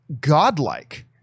godlike